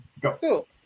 go